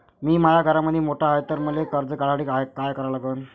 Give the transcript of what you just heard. मी माया घरामंदी मोठा हाय त मले कर्ज काढासाठी काय करा लागन?